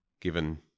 given